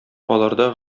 аларда